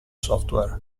software